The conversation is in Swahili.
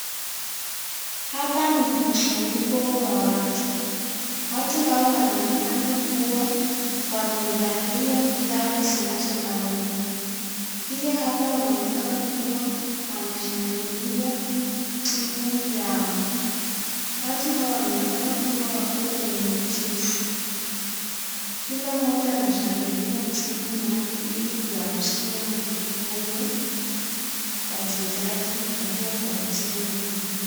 Hapa ni mkusanyiko wa watu. Watu hawa wanaonekana kuwa wamevalia sare zinazofanana. Pia hapa wanaonekana kuwa wanashangilia timu yao. Watu hawa wanaonekana kuwa wako kwenye michezo. Kila mmoja anashangilia timu yake ili kuwatia moyo wachezaji na pia kuwatia nguvu.